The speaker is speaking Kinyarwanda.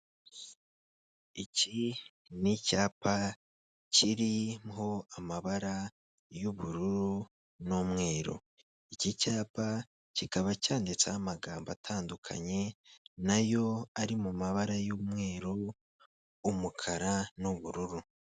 Iki ni icyapa kirimo amabara y'ubururu n'umweru iki cyapa kikaba cyanditseho amagambo atandukanye nayo ari mu mabara y'umweru umukara n'ubururu.